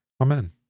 Amen